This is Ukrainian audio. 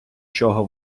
чого